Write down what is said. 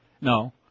No